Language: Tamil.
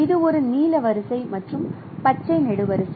இது ஒரு நீல வரிசை மற்றும் பச்சை நெடுவரிசை